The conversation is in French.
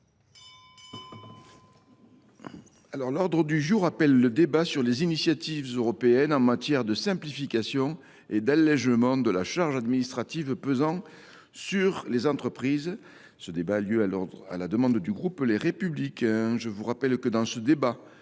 L'ordre du jour appelle le débat sur les initiatives européennes en matière de simplification et d'allègements de la charge administrative pesant sur les entreprises. Ce débat a lieu à la demande du groupe Les Républicains. Je vous rappelle que dans ce débat,